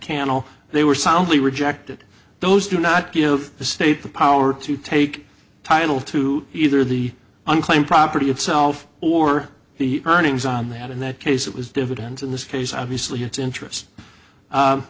cannell they were soundly rejected those do not give the state the power to take title to either the unclaimed property itself or the earnings on that in that case it was dividends in this case obviously its interest u